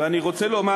ואני רוצה לומר,